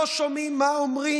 אנחנו לא שומעים מה אומרים